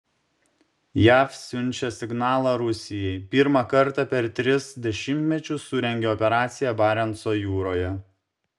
jav siunčia signalą rusijai pirmą kartą per tris dešimtmečius surengė operaciją barenco jūroje